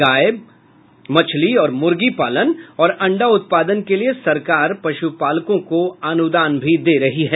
गाय मछली और मुर्गी पालन और अंडा उत्पादन के लिये सरकार पशुपालकों को अनुदान भी दे रही है